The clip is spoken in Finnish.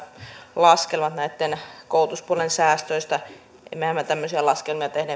laskelmat koulutuspuolen säästöistä emmehän me tämmöisiä laskelmia